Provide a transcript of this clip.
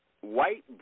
white